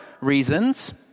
reasons